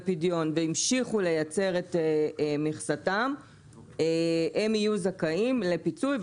פדיון והמשיכו לייצר את מכסתם הם יהיו זכאים לפיצוי.